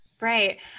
Right